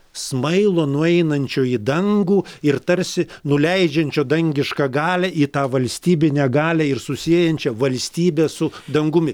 smailo nueinančio į dangų ir tarsi nuleidžiančio dangišką galią į tą valstybinę galią ir susiejančią valstybę su dangumi